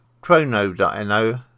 chrono.no